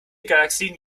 galaxien